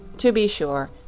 to be sure.